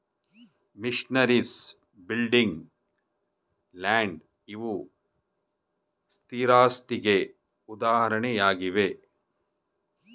missionaries, building, land ಇವು ಸ್ಥಿರಾಸ್ತಿಗೆ ಉದಾಹರಣೆಯಾಗಿವೆ